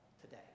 today